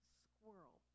squirrel